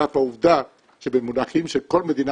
על אף העובדה שבמונחים של כל מדינה